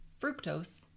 fructose